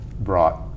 brought